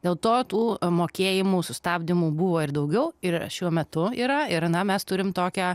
dėl to tų mokėjimų sustabdymų buvo ir daugiau ir šiuo metu yra ir na mes turim tokią